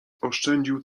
oszczędził